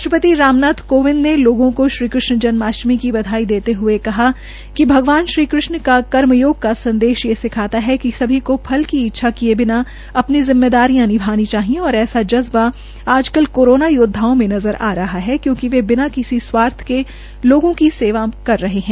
राष्ट्रपति राम नाथ कोविंद ने लोगों को श्री कृष्ण जन्माष्टमी की बधाई देते हये कहा है कि भगवान कृष्ण का कर्मयोग का संदेश ये सिखाता है कि सभी को फल की इच्छा किये बिना अपनी जिम्मेदारियां निभानी चाहिए और ऐसा जज्बा आजकल कोरोना योदधाओं में नज़र आ रहा है क्योकि वे बिना किसी स्वार्थ के लोगों की सेवा में कर रहे है